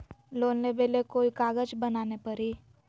Loan लेबे ले कोई कागज बनाने परी?